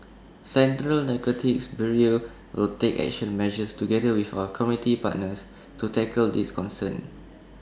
central narcotics bureau will take action measures together with our community partners to tackle this concern